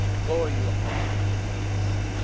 bore you upon my fist,